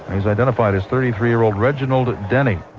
he's identified as thirty three year old reginald denny.